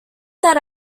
that